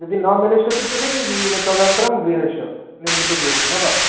यदि न मिलिष्यति तर्हि तदनन्तरं गृहस्य निर्मितगृहस्य न वा